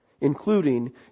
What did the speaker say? including